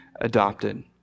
adopted